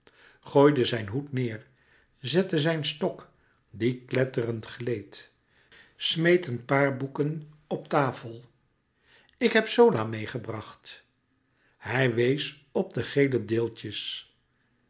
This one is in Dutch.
gooide zijn hoed neêr zette zijn stok die kletterend gleed smeet een paar boeken op tafel ik heb zola meêgebracht hij wees op de gele deeltjes